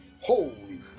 Holy